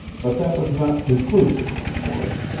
but that was not conclusive, of course.